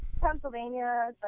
Pennsylvania